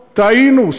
טעינו,